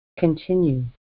continue